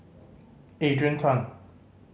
Adrian Tan